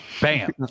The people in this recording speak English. bam